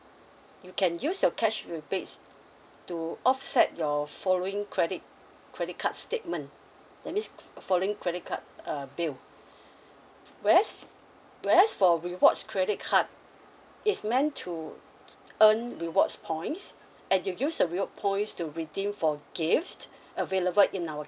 you can use your cash rebates to offset your following credit credit card's statement that means following credit card uh bill whereas whereas for rewards credit card it's meant to earn rewards points and you use the reward points to redeem for gifts available in our